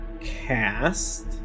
cast